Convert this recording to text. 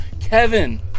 Kevin